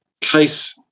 case